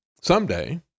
someday